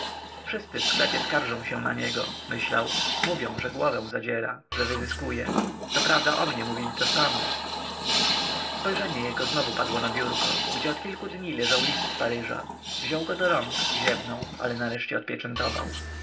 wszyscy w sklepie skarżą się na niego myślał mówią że głowę zadziera że wyzyskuje coprawda o mnie mówili to samo spojrzenie jogo znowu padło na biurko gdzie od kilku dni leżał list z paryża wziął go do rąk ziewnął ale nareszcie odpieczętował była to